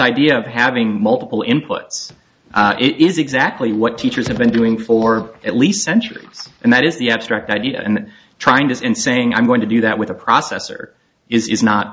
idea of having multiple inputs it is exactly what teachers have been doing for at least centuries and that is the abstract idea and trying to in saying i'm going to do that with a processor is not